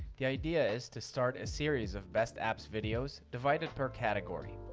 the idea is to start a series of best apps videos divided per category.